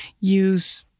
use